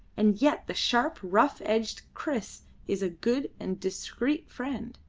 and yet the sharp, rough-edged kriss is a good and discreet friend,